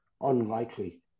unlikely